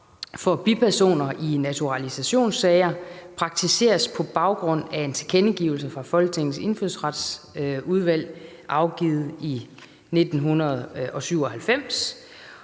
for bipersoner i naturalisationssager praktiseres på baggrund af en tilkendegivelse fra Folketingets Indfødsretsudvalg afgivet i 1997,